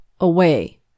away